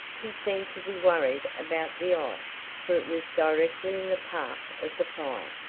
he seemed to be worried about the ice, for it was directly in the path of the fire.